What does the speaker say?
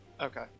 Okay